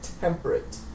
Temperate